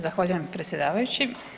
Zahvaljujem predsjedavajući.